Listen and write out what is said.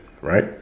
right